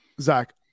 Zach